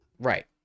Right